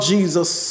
Jesus